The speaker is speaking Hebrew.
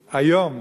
שהיום,